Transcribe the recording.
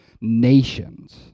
nations